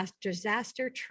disaster